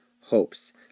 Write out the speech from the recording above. hopes